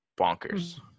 Bonkers